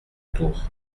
tour